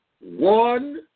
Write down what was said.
one